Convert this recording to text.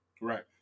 Right